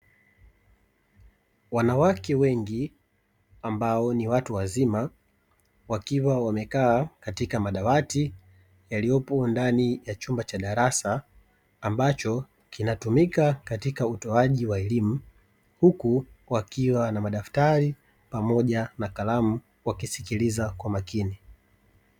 Wanawake wengi ambao ni watu wazima wakiwa wamekaa katika madawati yaliyopo ndani ya chumba cha darasa, ambacho kinatumika katika utoaji wa elimu huku wakiwa na madaftari pamoja na kalamu, wakisikiliza kwa makini.